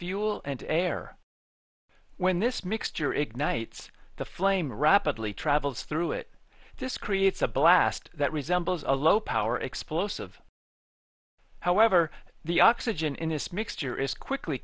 fuel and air when this mixture ignites the flame rapidly travels through it this creates a blast that resembles a low power explosive however the oxygen in this mixture is quickly